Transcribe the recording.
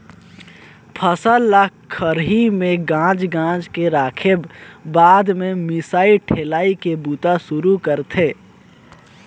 फसल ल खरही में गांज गांज के राखेब बाद में मिसाई ठेलाई के बूता सुरू करथे